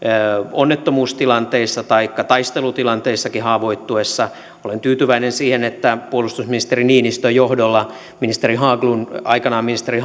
onnettomuustilanteissa taikka taistelutilanteissakin haavoittuessa olen tyytyväinen siihen että puolustusministeri niinistön johdolla aikanaan ministeri